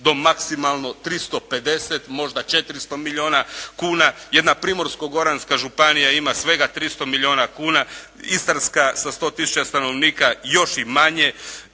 do maksimalno 350 možda 400 milijuna kuna. Jedna Primorsko-goranska županija ima svega 300 milijuna kuna. Istarska sa 100 tisuća stanovnika još i manje,